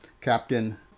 Captain